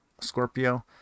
Scorpio